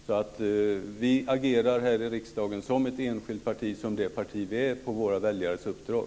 Folkpartiet agerar här i riksdagen som ett enskilt parti på våra väljares uppdrag.